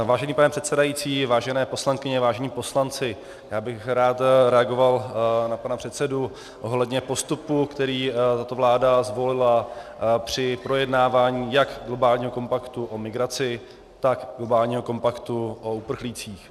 Vážený pane předsedající, vážené poslankyně, vážení poslanci, já bych rád reagoval na pana předsedu ohledně postupu, který tato vláda zvolila při projednávání jak globálního kompaktu o migraci, tak globálního kompaktu o uprchlících.